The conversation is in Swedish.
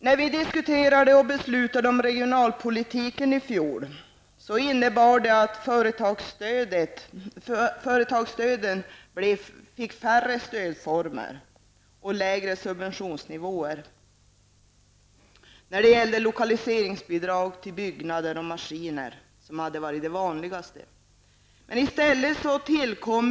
Förra årets beslut om regionalpolitiken innebar att det blev färre stödformer och lägre subventionsnivåer när det gällde lokaliseringsbidrag till byggnader och maskininvesteringar -- som hade varit vanligast förekommande.